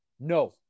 No